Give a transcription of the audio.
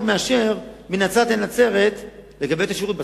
מאשר מנצרת-עילית לנצרת כדי לקבל את השירות בסניף.